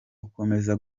ukomeza